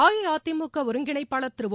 அஇஅதிமுக ஒருங்கிணைப்பாளர் திரு ஒ